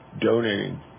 donating